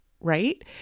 right